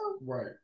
Right